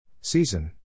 Season